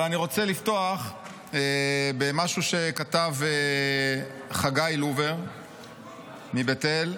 אבל אני רוצה לפתוח במשהו שכתב חגי לובר מבית אל,